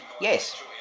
Yes